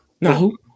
No